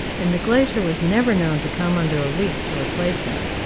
and the glazier was never known to come under a week to replace them.